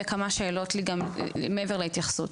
וכמה שאלות גם מעבר להתייחסות.